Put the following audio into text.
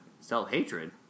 Self-hatred